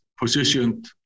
positioned